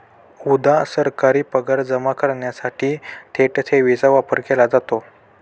उदा.सरकारी पगार जमा करण्यासाठी थेट ठेवीचा वापर केला जातो